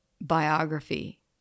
biography